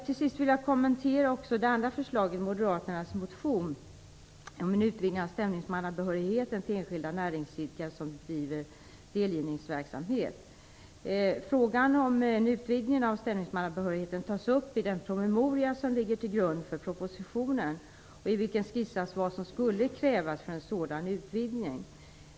Till sist vill jag kommentera det andra förslaget i moderaternas motion om utvidgning av stämningsmannabehörigheten till enskilda näringsidkare som bedriver delgivningsverksamhet. Frågan om en utvidgning av stämningsmannabehörigheten tas upp i den promemoria som ligger till grund för propositionen, i vilken skissas vad som skulle krävas för en sådan utvidgning.